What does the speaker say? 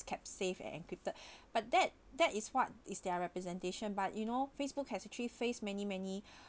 kept safe and encrypted but that that is what is their representation but you know facebook has actually faced many many